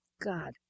God